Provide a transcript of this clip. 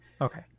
okay